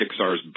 Pixar's